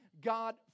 God